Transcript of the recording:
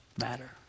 matter